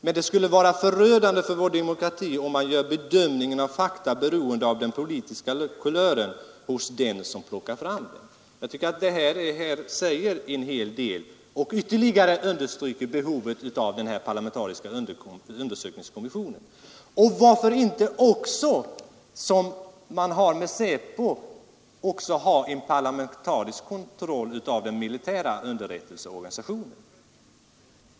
Men det skulle vara förödande för vår demokrati om man gör bedömningen av fakta beroende av den politiska kulören hos den som plockar fram dem.” Jag tycker att det här säger en hel del och ytterligare understryker behovet av den parlamentariska undersökningskommissionen. Varför inte också som när det gäller SÄPO ha en parlamentarisk kontroll av den militära underrättelseorganisationen?